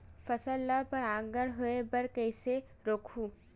फसल ल परागण होय बर कइसे रोकहु?